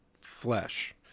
flesh